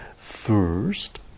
First